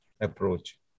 approach